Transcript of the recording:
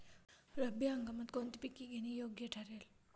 रब्बी हंगामात कोणती पिके घेणे योग्य ठरेल?